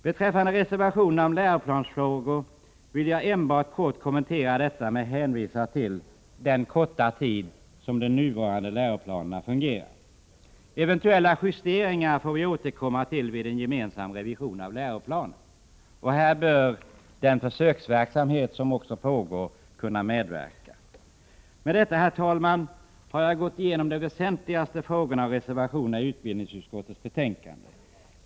Beträffande reservationen om läroplansfrågor vill jag enbart hänvisa till att den nuvarande läroplanen har fungerat en kort tid. Eventuella justeringar får vi återkomma till vid en gemensam revision av läroplanen, och där bör den försöksverksamhet som pågår uppmärksammas. Med detta, herr talman, har jag gått igenom de mest väsentliga frågorna och reservationerna i utbildningsutskottets betänkande.